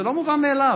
זה לא מובן מאליו.